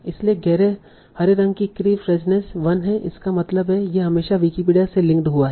इसलिए गहरे हरे रंग की कीफ्रेजनेस 1 है इसका मतलब है यह हमेशा विकिपीडिया से लिंक्ड हुआ है